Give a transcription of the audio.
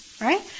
right